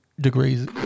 degrees